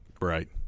Right